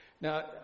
Now